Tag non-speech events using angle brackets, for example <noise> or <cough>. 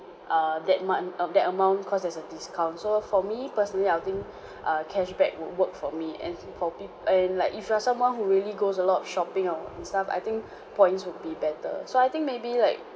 err that month of that amount cause there's a discount so for me personally I'll think <breath> err cashback would work for me and for peop~ and like if you are someone who really goes a lot of shopping and stuff I think <breath> points would be better so I think maybe like